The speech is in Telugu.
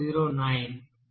009